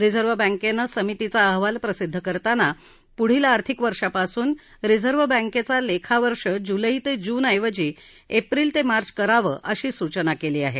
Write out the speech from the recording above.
reserve बँकेनं समितीचा अहवाल प्रसिद्ध करताना पुढल्या आर्थिक वर्षापासून रिझर्व्ह बँकेचा लेखावर्ष जुलै ते जून ऐवजी एप्रिल ते मार्च करावं अशी सूचना केली आहे